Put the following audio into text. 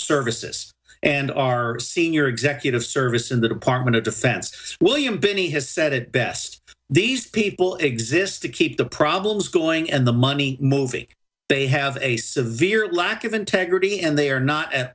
services and our senior executive service in the department of defense william binney has said it best these people exist to keep the problems going and the money movie they have a severe lack of integrity and they are not at